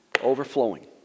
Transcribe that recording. overflowing